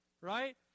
right